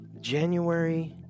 January